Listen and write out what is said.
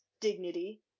dignity